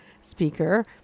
speaker